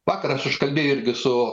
vakar aš užkalbėjau irgi su